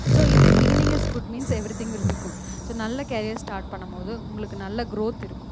so if beginning is good means everything will be good so நல்ல career start பண்ணபோது உங்களுக்கு நல்ல growth இருக்கும்